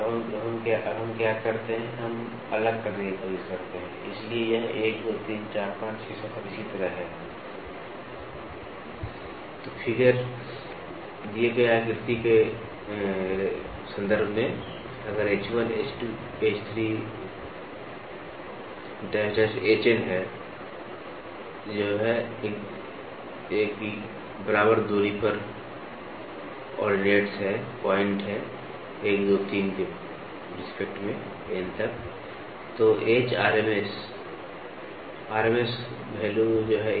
तो अब हम क्या करते हैं हम अलग करने की कोशिश करते हैं इसलिए यह 1 2 3 4 5 6 7 और इसी तरह है